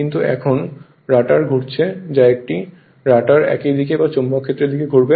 কিন্তু এখন রোটর ঘুরছে যে একটি রটার একই দিক বা চৌম্বক ক্ষেত্রের দিকে ঘুরবে